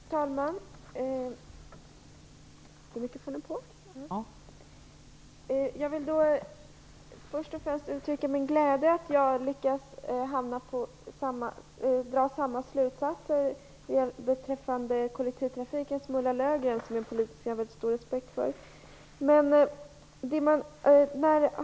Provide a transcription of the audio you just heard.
Fru talman! Jag vill först och främst uttrycka min glädje över att jag har lyckats dra samma slutsatser beträffande kollektivtrafiken som Ulla Löfgren, som jag politiskt har väldigt stor respekt för.